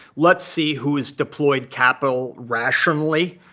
let's see who has deployed capital rationally,